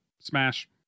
Smash